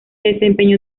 desempeñó